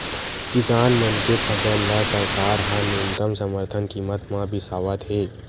किसान मन के फसल ल सरकार ह न्यूनतम समरथन कीमत म बिसावत हे